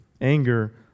Anger